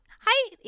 Hi